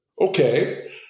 okay